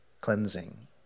cleansing